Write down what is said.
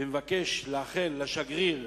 ומבקש לאחל לשגריר